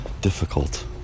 difficult